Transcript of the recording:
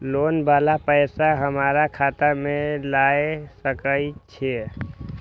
Loan वाला पैसा हमरा खाता से लाय सके छीये?